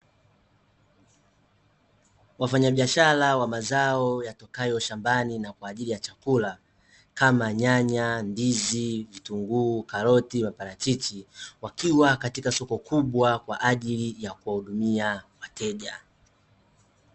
Wafanyabiashara wa mazao yatokayo shambani na kwaajili ya chakula, kama nyanya, ndizi, vitunguu, karoti, maparachichi, wakiwa katika soko kubwa kwaajili ya kuwahudumia wateja.